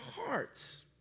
hearts